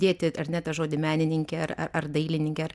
dėti ar ne tą žodį menininkė ar ar dailininkė ar